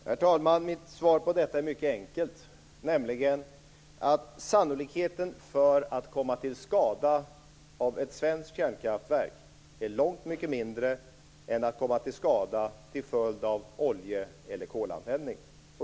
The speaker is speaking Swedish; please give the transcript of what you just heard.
Herr talman! Mitt svar på det är mycket enkelt, nämligen att sannolikheten för att komma till skada till följd av ett svenskt kärnkraftverk är långt mycket mindre än att komma till skada till följd av olje eller kolanvändning.